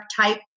type